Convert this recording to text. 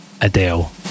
Adele